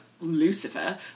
Lucifer